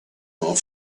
more